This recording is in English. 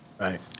Right